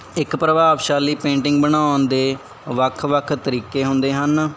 ਇੱਕ ਪ੍ਰਭਾਵਸ਼ਾਲੀ ਪੇਂਟਿੰਗ ਬਣਾਉਣ ਦੇ ਵੱਖ ਵੱਖ ਤਰੀਕੇ ਹੁੰਦੇ ਹਨ